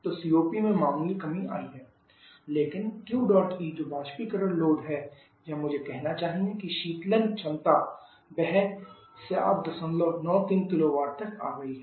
तो COP में मामूली कमी आई है लेकिन Qdot E जो वाष्पीकरण लोड है या मुझे कहना चाहिए कि शीतलन क्षमता वह 793 किलोवाट तक आ गई है